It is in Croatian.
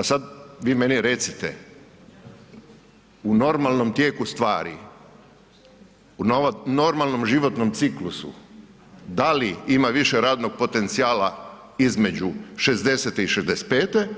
Pa sad vi meni recite u normalnom tijeku stvari, u normalnom životnom ciklusu, da li ima više radnog potencijala između 60-te i 65-te